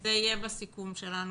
--- זה יהיה בסיכום שלנו.